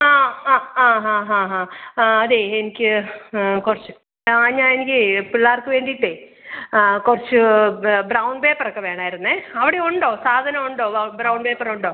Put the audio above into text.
ആ ആ ആ ഹാ ഹാ ഹാ ആ അതെ എനിക്ക് കുറച്ച് ആ ഞാൻ എനിക്ക് പിള്ളേർക്ക് വേണ്ടിയിട്ട് ആ കുറച്ച് ബ്രൗൺ പേപ്പറൊക്കെ വേണമായിരുന്നു അവിടെ ഉണ്ടോ സാധനം ഉണ്ടോ ബ്രൗൺ പേപ്പർ ഉണ്ടോ